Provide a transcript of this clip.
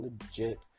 legit